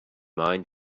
mind